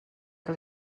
que